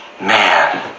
Man